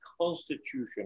constitution